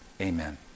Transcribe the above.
Amen